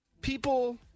People